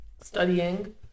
studying